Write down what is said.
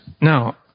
now